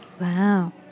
wow